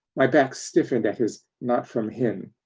my back stiffened at his not from him.